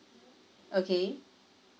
okay